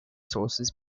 sources